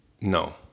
no